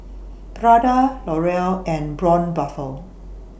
Prada L'Oreal and Braun Buffel